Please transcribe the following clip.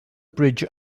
bridge